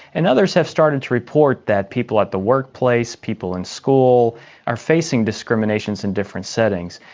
and others have started to report that people at the workplace, people in school are facing discriminations in different settings.